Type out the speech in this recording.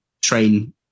train